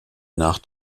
nach